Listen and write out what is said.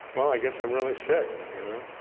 well, i guess i'm really sick. you know,